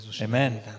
Amen